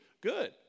Good